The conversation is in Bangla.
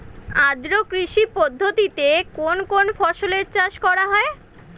আদ্র কৃষি পদ্ধতিতে কোন কোন ফসলের চাষ করা হয়?